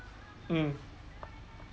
um